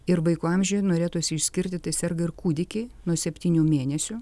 ir vaiko amžiuj norėtųsi išskirti tai serga ir kūdikiai nuo septynių mėnesių